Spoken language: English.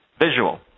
Visual